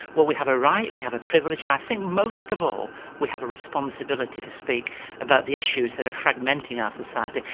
well we have a right, we have a privilege and i think most of all we have a responsibility to speak about the issues that are fragmenting our society.